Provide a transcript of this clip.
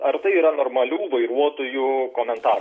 ar tai yra normalių vairuotojų komentarai